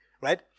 Right